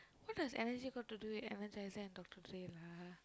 what does allergy got to do with emergenct and Doctor lah